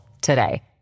today